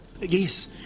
Yes